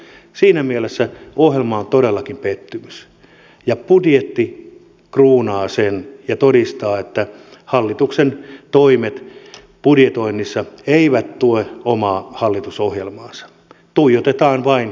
siinä mielessä ohjelma on todellakin pettymys ja budjetti kruunaa sen ja todistaa että hallituksen toimet budjetoinnissa eivät tue omaa hallitusohjelmaansa tuijotetaan vain yhden vuoden lukuja